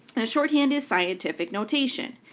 and shorthand is scientific notation.